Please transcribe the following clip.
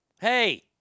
Hey